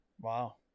Wow